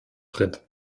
tritt